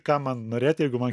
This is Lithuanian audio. kam man norėt jeigu man